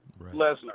Lesnar